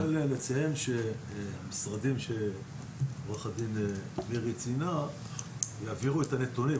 אני רוצה לציין שהמשרדים שעו"ד מירי ציינה יעבירו את הנתונים.